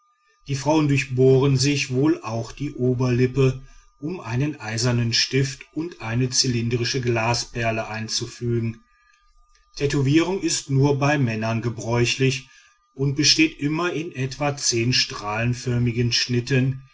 die frauen durchbohren sich wohl auch die oberlippe um einen eisernen stift und eine zylindrische glasperle einzufügen tätowierung ist nur bei männern gebräuchlich und besteht immer in etwa zehn strahlenförmigen schnitten